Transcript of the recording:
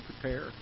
prepare